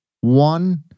One